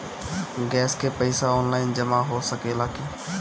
Gas के पइसा online जमा हो सकेला की?